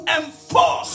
enforce